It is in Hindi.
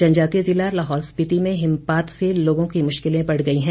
जनजातीय जिला लाहौल स्पीति में हिमपात से लोगों की मुश्किलें बढ़ गई हैं